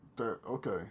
Okay